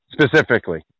Specifically